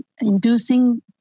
inducing